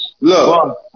look